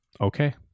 Okay